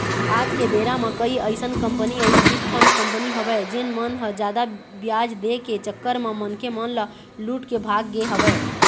आज के बेरा म कई अइसन कंपनी अउ चिटफंड कंपनी हवय जेन मन ह जादा बियाज दे के चक्कर म मनखे मन ल लूट के भाग गे हवय